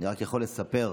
אני רק יכול לספר,